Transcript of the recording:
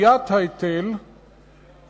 2009 ו-2010) (תיקון מס' 2) (התליית ההיטל בשל צריכת מים עודפת),